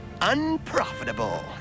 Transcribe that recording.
unprofitable